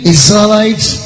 Israelites